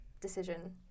decision